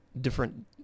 different